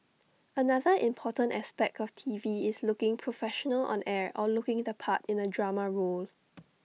another important aspect of T V is looking professional on air or looking the part in A drama role